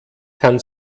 kann